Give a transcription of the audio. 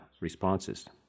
responses